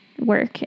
work